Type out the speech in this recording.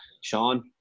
Sean